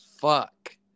fuck